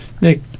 Nick